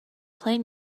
play